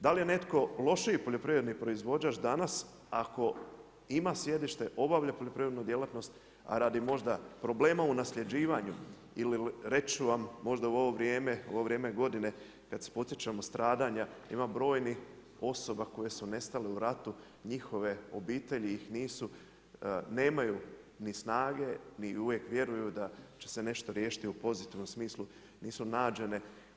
Da li je netko lošiji poljoprivredni proizvođač danas ako ima sjedište, obavlja poljoprivrednu djelatnost, radi možda problema u nasljeđivanju ili reći ću vam, možda u ovo vrije godine kad se podsjećamo stradanja, ima brojnih osoba koje su nestale u ratu, njihove obitelji ih nisu, nemaju ni snage i uvijek vjeruju da će se nešto riješiti u pozitivnom smislu, nisu nađene.